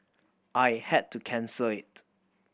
I had to cancel it